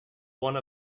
one